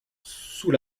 sous